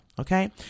Okay